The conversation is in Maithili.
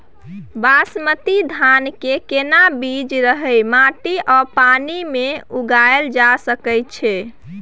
बासमती धान के केना बीज एहि माटी आ पानी मे उगायल जा सकै छै?